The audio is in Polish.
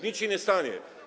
Nic się nie stanie.